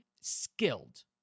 skilled